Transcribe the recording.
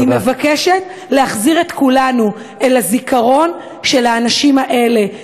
אני מבקשת להחזיר את כולנו אל הזיכרון של האנשים האלה,